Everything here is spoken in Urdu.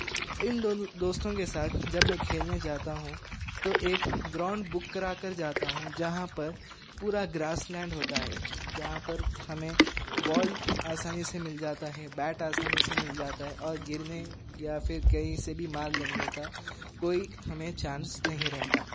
ان دونوں دوستوں کے ساتھ جب میں کھیلنے جاتا ہوں تو ایک گراؤنڈ بک کرا کر جاتا ہوں جہاں پر پورا گراس لینڈ ہوتا ہے جہاں پر ہمیں بال آسانی سے مل جاتا ہے بیٹ آسانی سے مل جاتا ہے اور گرنے یا پھر کہیں سے بھی مار لگنے کا کوئی ہمیں چانس نہیں رہتا